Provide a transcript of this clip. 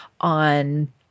on